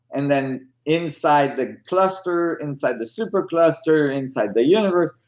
and then inside the cluster, inside the super cluster, inside the universe,